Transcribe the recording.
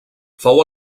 fou